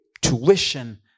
tuition